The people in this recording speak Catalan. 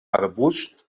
arbusts